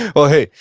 well, hey,